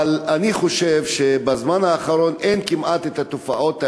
אבל אני חושב שבזמן האחרון אין כמעט התופעות האלה,